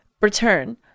return